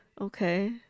Okay